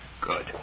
Good